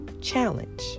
challenge